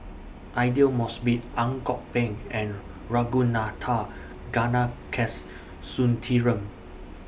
Aidli Mosbit Ang Kok Peng and Ragunathar Kanagasuntheram